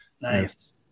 nice